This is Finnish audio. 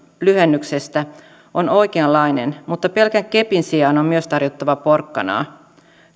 lyhennyksestä on oikeanlainen mutta pelkän kepin sijaan on myös tarjottava porkkanaa